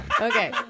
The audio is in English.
Okay